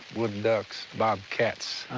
wooden ducks, bobcats. oh,